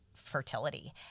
fertility